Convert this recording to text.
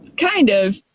kind of